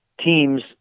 teams